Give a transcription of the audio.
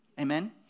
Amen